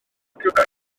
gyfer